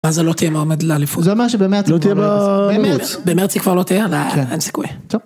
אז זה לא תהיה מעומד לאליפות זה מה שבאמת לא תהיה באמת במרץ כבר לא תהיה אין סיכוי.